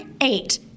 eight